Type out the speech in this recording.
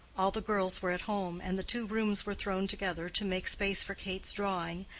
all the girls were at home, and the two rooms were thrown together to make space for kate's drawing,